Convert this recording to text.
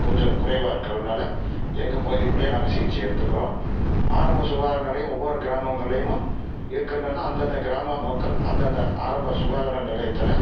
கொஞ்சம் குறைவாக இருக்கிறனால எங்கள் பகுதிக்குள்ளையே நாங்கள் சிகிச்சை எடுத்துக்கிறோம் ஆரம்ப சுகாதார நிலையம் ஒவ்வொரு கிராமங்கள்லயம் இருக்கிறனால அந்தந்த கிராம மக்கள் அந்தந்த ஆரம்ப சுகாதார நிலையத்தில்